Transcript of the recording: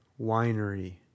Winery